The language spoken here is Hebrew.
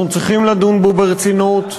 ואנחנו צריכים לדון בו ברצינות.